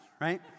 Right